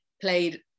played